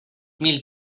mil